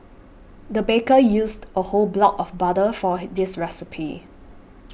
the baker used a whole block of butter for this recipe